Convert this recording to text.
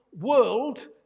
world